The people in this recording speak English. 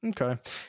Okay